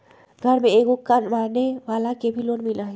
घर में एगो कमानेवाला के भी लोन मिलहई?